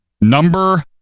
number